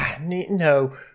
No